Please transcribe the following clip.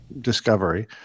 discovery